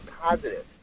positive